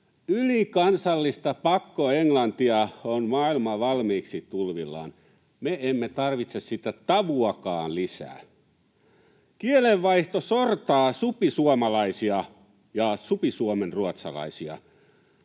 Ylikansallista pakkoenglantia on maailma valmiiksi tulvillaan. Me emme tarvitse sitä tavuakaan lisää. Kielenvaihto sortaa supisuomalaisia ja supisuomenruotsalaisia.